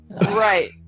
Right